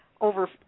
Over